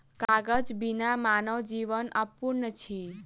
कागज बिना मानव जीवन अपूर्ण अछि